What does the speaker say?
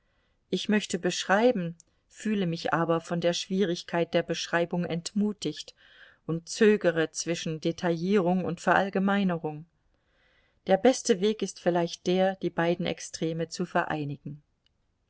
ich möchte beschreiben fühle mich aber von der schwierigkeit der beschreibung entmutigt und zögere zwischen detaillierung und verallgemeinerung der beste weg ist vielleicht der die beiden extreme zu vereinigen